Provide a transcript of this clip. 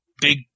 big